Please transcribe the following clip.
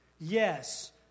yes